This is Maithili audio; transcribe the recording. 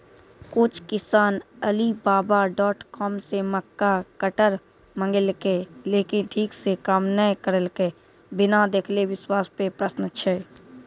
कुछ किसान अलीबाबा डॉट कॉम से मक्का कटर मंगेलके लेकिन ठीक से काम नेय करलके, बिना देखले विश्वास पे प्रश्न छै?